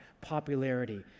popularity